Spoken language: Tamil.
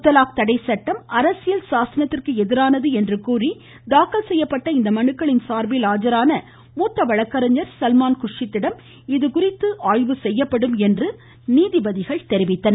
முத்தலாக் தடை சட்டம் அரசியல் சாசனத்திற்கு எதிரானது என்று கூறி தாக்கல் செய்யப்பட்ட இந்த மனுக்களின் சார்பில் ஆஜரான மூத்த வழக்கறிஞர் சல்மான் குர்ஷித்திடம் இதுகுறித்து ஆய்வு செய்யப்படும் என்று நீதிபதிகள் தெரிவித்தனர்